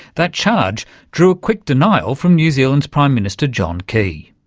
that charge drew a quick denial from new zealand's prime minister john key.